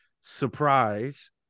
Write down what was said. surprise